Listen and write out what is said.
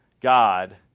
God